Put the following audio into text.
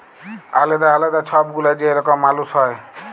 আলেদা আলেদা ছব গুলা যে রকম মালুস হ্যয়